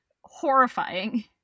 horrifying